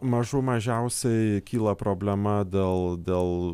mažų mažiausiai kyla problema dėl dėl